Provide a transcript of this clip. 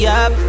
up